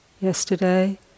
yesterday